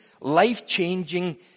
life-changing